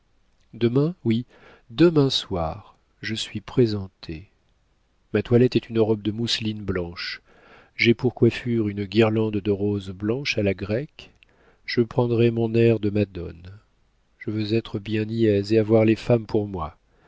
demain oui demain soir je suis présentée ma toilette est une robe de mousseline blanche j'ai pour coiffure une guirlande de roses blanches à la grecque je prendrai mon air de madone je veux être bien niaise et avoir les femmes pour moi